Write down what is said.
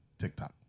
tiktok